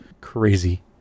crazy